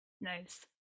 Nice